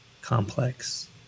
complex